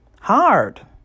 Hard